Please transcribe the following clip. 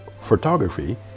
photography